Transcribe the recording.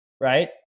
right